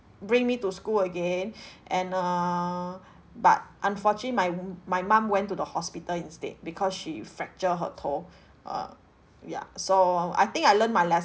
bring me to school again and err but unfortunately my my mum went to the hospital instead because she fracture her toe err ya so I think I learn my les~